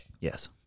Yes